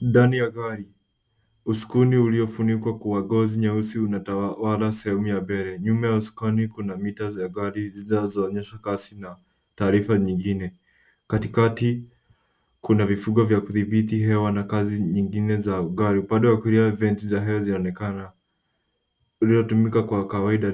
Ndani ya gari. Usukani uliofunikwa kwa ngozi nyeusi unatawala sehemu ya mbele. Nyuma ya usukani kuna mita za gari zinazoonyesha kasi na taarifa nyingine. Kati kati kuna vifugo vya kudhibiti hewa na kazi nyingine za gari. Upande wa kulia venti za hewa zinaonekana uliotumika kwa kawaida.